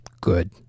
good